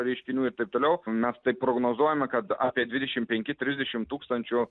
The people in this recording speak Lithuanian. reiškinių ir taip toliau mes taip prognozuojame kad apie dvidešim penki trisdešim tūkstančių